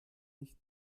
nicht